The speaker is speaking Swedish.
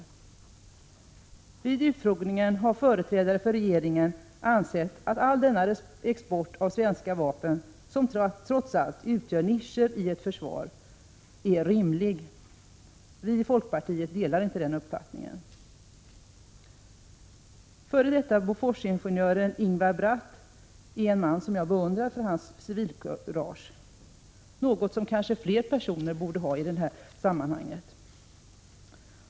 Vid utfrågningar har företrädare för regeringen ansett att all denna export av svenska vapen, som trots allt utgör nischer i ett försvar, är rimlig. Vi i folkpartiet delar inte den uppfattningen. F.d. Boforsingenjören Ingvar Bratt är en man som jag beundrar för hans civilkurage — något som kanske fler personer borde ha i detta sammanhang.